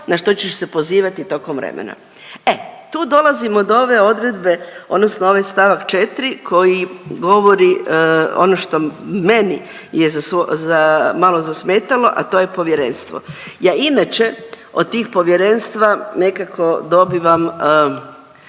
na što ćeš se pozivati tokom vremena. E tu dolazimo do ove odredbe odnosno ovaj st. 4. koji govori ono što je meni malo zasmetalo, a to je povjerenstvo. Ja inače od tih povjerenstva nekako dobivam